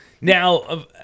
Now